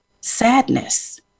sadness